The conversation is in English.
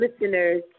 listeners